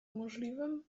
możliwym